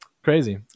crazy